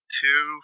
two